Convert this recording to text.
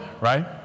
right